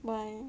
why